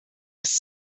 des